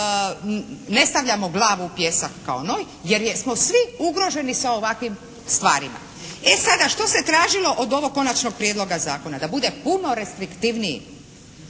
ne stavljamo glavu u pijesak kao noj jer smo svi ugroženi sa ovakvim stvarima. E sada što se tražilo od ovog Konačnog prijedloga zakona? Da bude puno restriktivniji,